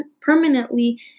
permanently